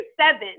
seven